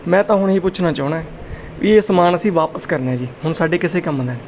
ਮੈਂ ਤਾਂ ਹੁਣ ਇਹ ਪੁੱਛਣਾ ਚਾਹੁੰਦਾ ਵੀ ਇਹ ਸਮਾਨ ਅਸੀਂ ਵਾਪਿਸ ਕਰਨਾ ਜੀ ਹੁਣ ਸਾਡੇ ਕਿਸੇ ਕੰਮ ਦਾ ਨਹੀਂ